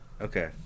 Okay